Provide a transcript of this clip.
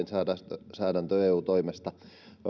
lainsäädäntö eun toimesta